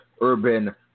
urban